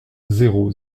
zéro